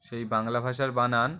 সেই বাংলা ভাষার বানান